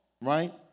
right